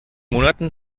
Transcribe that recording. monaten